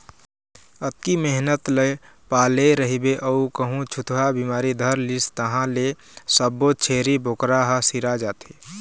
अतेक मेहनत ल पाले रहिबे अउ कहूँ छूतहा बिमारी धर लिस तहाँ ले सब्बो छेरी बोकरा ह सिरा जाथे